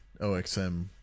OXM